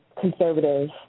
conservative